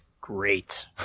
great